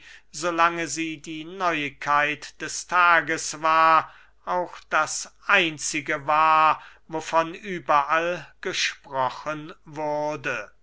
lange sie die neuigkeit des tages war auch das einzige war wovon überall gesprochen wurde